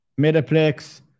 Metaplex